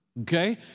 okay